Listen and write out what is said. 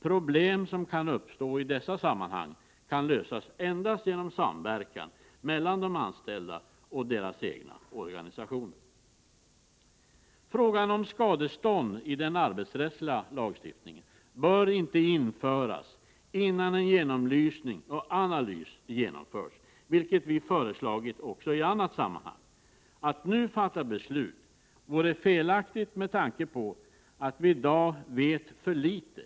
Problem som kan uppstå i dessa sammanhang kan lösas endast genom samverkan mellan de anställda och deras egna organisationer. Skadestånd i den arbetsrättsliga lagstiftningen bör inte införas innan en genomlysning och en analys har genomförts, vilket vi har föreslagit även i annat sammanhang. Att nu fatta beslut vore felaktigt med tanke på att vi i dag vet för litet.